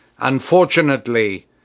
Unfortunately